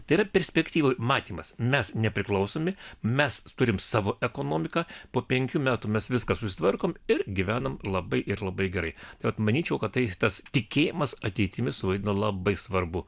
tai yra perspektyvoj matymas mes nepriklausomi mes turim savo ekonomiką po penkių metų mes viską susitvarkom ir gyvenam labai ir labai gerai tad manyčiau kad tai tas tikėjimas ateitimi suvaidino labai svarbu